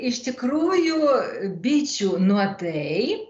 iš tikrųjų bičių nuodai